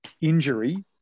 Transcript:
injury